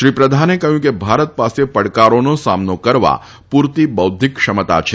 શ્રી પ્રધાને કહ્યું કે ભારત પાસે પડકારોનો સામનો કરવા પુરતી બૌદ્ધિક ક્ષમતા છે